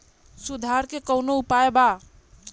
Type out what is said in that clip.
सुधार के कौनोउपाय वा?